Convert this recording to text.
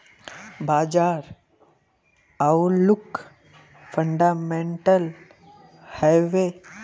बाजार outlook fundamental हैवै?